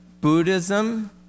Buddhism